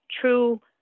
true –